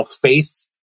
face